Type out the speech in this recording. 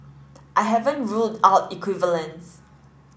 I haven't ruled out equivalent